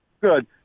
Good